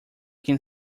can